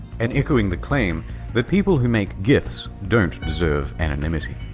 and echoing the claim that people who make gifs don't deserve anonymity.